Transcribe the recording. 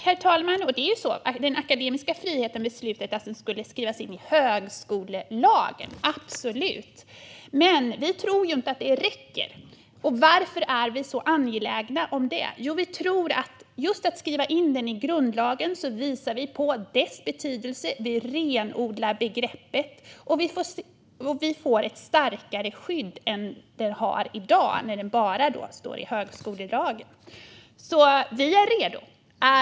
Herr talman! Det beslutades att den akademiska friheten skulle skrivas in i högskolelagen - absolut. Men vi tror inte att det räcker. Varför är vi så angelägna om detta? Jo, vi tror att genom att man skriver in den i grundlagen visar man på dess betydelse och renodlar begreppet, och den får ett starkare skydd än den har i dag när den bara finns i högskolelagen. Vi är alltså redo.